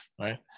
right